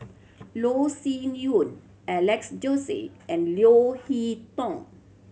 Loh Sin Yun Alex Josey and Leo Hee Tong